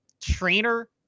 trainer